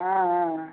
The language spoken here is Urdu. ہاں ہاں ہاں